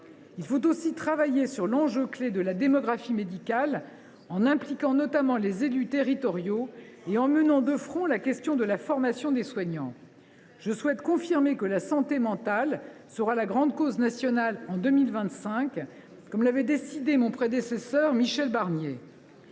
Il faut aussi travailler sur l’enjeu clé que représente la démographie médicale, en impliquant notamment les élus territoriaux et en menant de front la question de la formation des soignants. « Je souhaite confirmer que la santé mentale sera la grande cause nationale en 2025, comme l’avait décidé mon prédécesseur Michel Barnier.